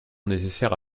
nécessaire